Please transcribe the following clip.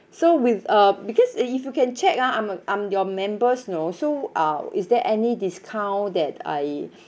so with uh because if you can check ah I'm I'm your members you know so uh is there any discount that I